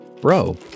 Bro